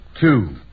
two